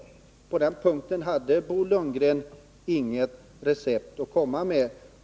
På den punkten hade Bo Lundgren inga recept att komma med.